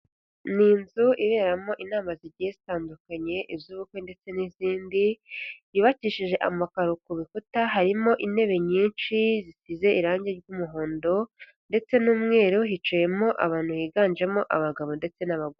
Ni inzu iberamo inama zigiye zitandukanye, iz'ubukwe ndetse n'izindi, yubakishije amakaro ku bikuta, harimo intebe nyinshi zisize irangi ry'umuhondo ndetse n'umweru, hicayemo abantu higanjemo abagabo ndetse n'abagore.